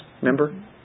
remember